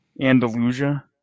Andalusia